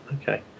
Okay